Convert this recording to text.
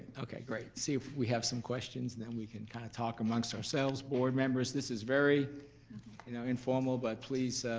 okay, great. let's see if we have some questions and then we can kind of talk amongst ourselves. board members, this is very informal but please